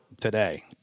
today